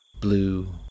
blue